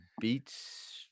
beats